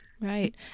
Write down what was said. Right